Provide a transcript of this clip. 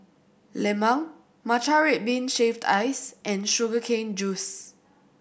lemang matcha red bean shaved ice and sugar cane juice